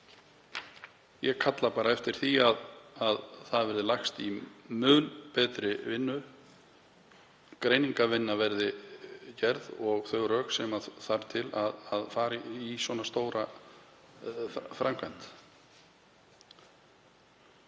ég kalla eftir því að lagst verði í mun betri vinnu, greiningarvinna verði gerð og þau rök tínd til sem þarf til að fara í svona stóra framkvæmd.